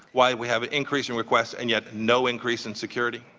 why we have an increase in requests and yet no increase in security?